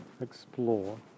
explore